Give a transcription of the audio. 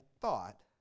thought